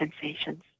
sensations